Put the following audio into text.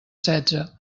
setze